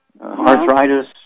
arthritis